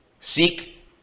Seek